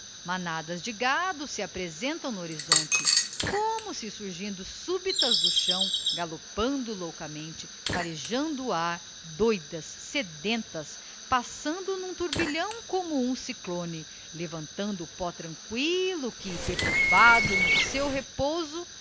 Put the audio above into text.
manadas de gado se apresentam no horizonte como que surgindo súbitas do chão galopando loucamente farejando o ar doidas sedentas passando n'um turbilhão como um cyclone levantando o pó tranquillo que perturbado no seu repouso